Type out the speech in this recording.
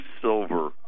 silver